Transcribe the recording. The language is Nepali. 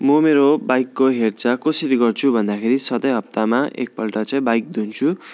म मेरो बाइकको हेरचाह कसरी गर्छु भन्दाखेरि सधैँ हफ्तामा एकपल्ट चाहिँ बाइक धुन्छु